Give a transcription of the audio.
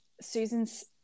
Susan's